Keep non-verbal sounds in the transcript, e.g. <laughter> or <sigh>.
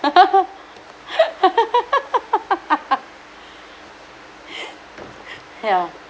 <laughs> <breath> <laughs> <breath> hell